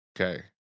Okay